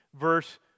verse